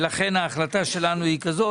לכן ההחלטה שלנו היא כזאת.